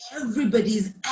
everybody's